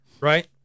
right